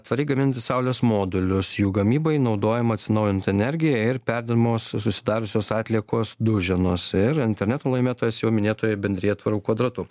tvariai gaminanti saulės modulius jų gamybai naudojama atsinaujinanti energija ir perdirbamos susidariusios atliekos duženos ir interneto laimėtojas jau minėtoji bendrija tvaru kvadratu